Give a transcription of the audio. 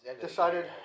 Decided